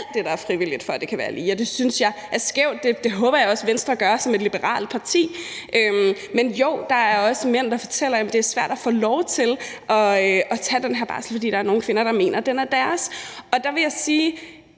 det, der er frivilligt, for at det kan være lige, og det synes jeg er skævt, det håber jeg også Venstre som et liberalt parti gør. Men jo, der er også mænd, der fortæller, at det er svært at få lov til at tage den her barsel, fordi der er nogle kvinder, der mener, at den er deres, og der vil jeg sige: